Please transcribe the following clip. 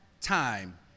time